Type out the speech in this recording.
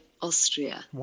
Austria